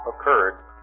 occurred